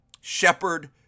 shepherd